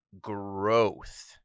growth